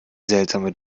seltsame